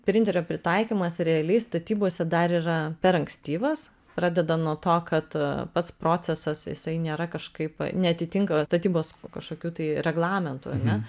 printerio pritaikymas realiai statybose dar yra per ankstyvas pradeda nuo to kad pats procesas jisai nėra kažkaip neatitinka statybos kažkokių tai reglamentų ar ne